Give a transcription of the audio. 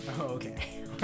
okay